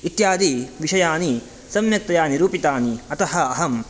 इत्यादि विषयाणि सम्यक्तया निरूपितानि अतः अहं